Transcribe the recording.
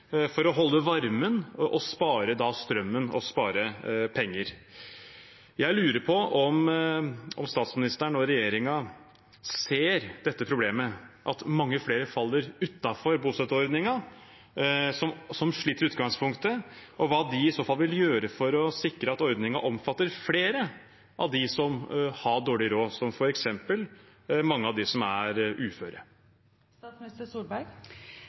for å holde varmen, spare strømmen og spare penger. Jeg lurer på om statsministeren og regjeringen ser dette problemet – at mange flere som sliter i utgangspunktet, faller utenfor bostøtteordningen. Hva vil de i så fall gjøre for å sikre at ordningen omfatter flere av dem som har dårlig råd, som f.eks. mange av dem som er